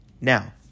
Now